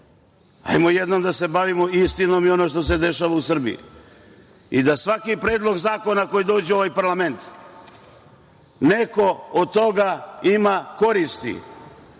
Hajde jednom da se bavimo istinom i onim što se dešava u Srbiji i da svaki predlog zakona, koji dođe u ovaj parlament, neko od toga ima koristi,